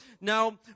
Now